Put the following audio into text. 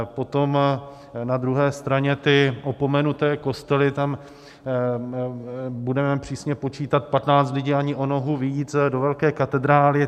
Potom na druhé straně ty opomenuté kostely, tam budeme přísně počítat 15 lidí a ani o nohu víc do velké katedrály.